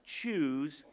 choose